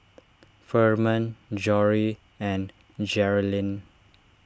Furman Jory and Jerrilyn